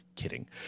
Kidding